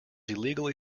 illegally